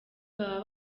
baba